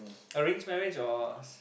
arranged marriage or